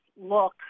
look